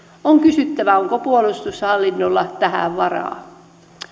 on kysyttävä onko puolustushallinnolla tähän varaa